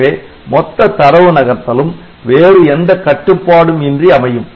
எனவே மொத்த தரவு நகர்த்தலும் வேறு எந்த கட்டுப்பாடும் இன்றி அமையும்